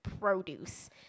produce